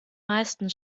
meisten